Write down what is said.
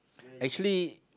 actually